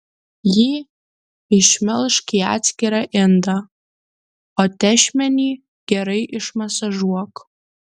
jį išmelžk į atskirą indą o tešmenį gerai išmasažuok